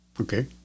Okay